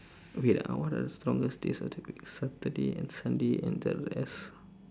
wait ah what are the strongest days of the week saturday sunday and the rest